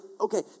okay